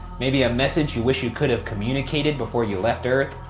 maybe a message you wish you could have communicated before you left earth.